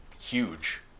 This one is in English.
huge